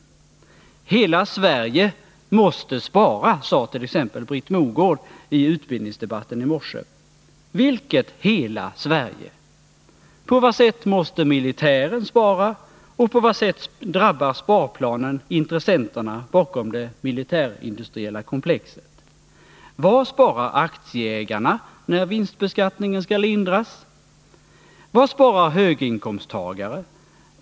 Hela Sverige måste spara, sade t.ex. Britt Mogård i utbildningsdebatten i morse. Vilket hela Sverige? På vad sätt måste militären spara, och på vad sätt drabbar sparplanen intressenterna bakom det militärindustriella komplexet? Vad sparar aktieägarna, när vinstbeskattningen skall lindras? Vad sparar höginkomsttagare?